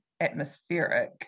atmospheric